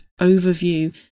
overview